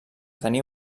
tenia